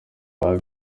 baba